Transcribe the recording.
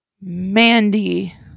Mandy